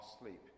sleep